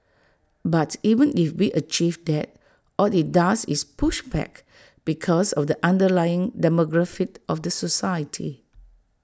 but even if we achieve that all IT does is push back because of the underlying demographic of the society